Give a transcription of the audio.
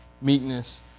meekness